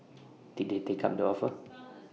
did they take up the offer